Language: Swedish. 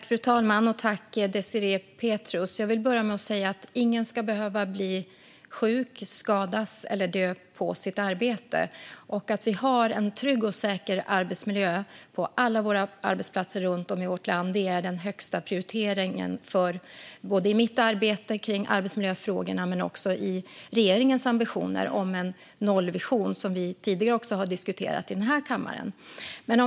Fru talman! Tack, Désirée Pethrus! Jag vill börja med att säga att ingen ska behöva bli sjuk, skadas eller dö på sin arbetsplats. Att vi har en trygg och säker arbetsmiljö på alla våra arbetsplatser runt om i vårt land är den högsta prioriteringen i mitt arbete med arbetsmiljöfrågorna men också i regeringens ambitioner om en nollvision, som vi tidigare har diskuterat i den här kammaren.